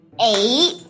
Eight